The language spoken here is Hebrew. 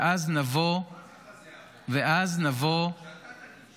ואז נבוא --- רק ככה זה יעבוד,